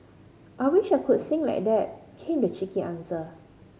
I wish I could sing like that came the cheeky answer